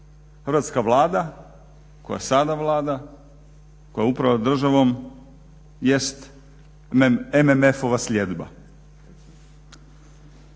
Hrvatska Vlada koja sada vlada, koja upravlja državom jest MMF-ova sljedba.